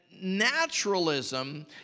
naturalism